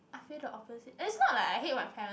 I feel the opposite it's not like I hate my parents